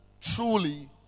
truly